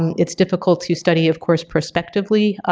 it's difficult to study of course prospectively.